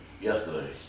yesterday